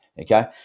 okay